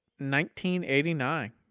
1989